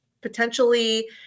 potentially